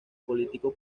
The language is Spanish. político